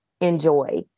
enjoy